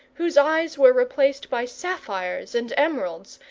whose eyes were replaced by sapphires and emeralds,